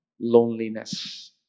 loneliness